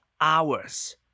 Hours